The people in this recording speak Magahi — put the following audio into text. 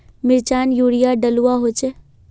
मिर्चान यूरिया डलुआ होचे?